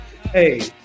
Hey